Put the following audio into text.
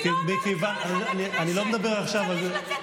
את מדברת על מה שאת לא יודעת?